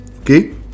Okay